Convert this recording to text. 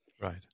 Right